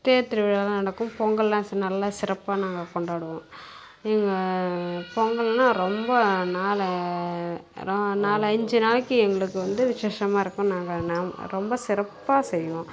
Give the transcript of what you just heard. தேர் திருவிழாலாம் நடக்கும் பொங்கல்லாம் நல்லா சிறப்பாக நாங்கள் கொண்டாடுவோம் எங்கள் பொங்கல்லாம் ரொம்ப நாள் நாலஞ்சு நாளைக்கு எங்களுக்கு வந்து விஷேசமாக இருக்கும் நாங்கள் நா ரொம்ப சிறப்பாக செய்வோம்